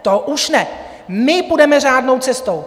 To už ne, my půjdeme řádnou cestou.